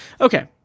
okay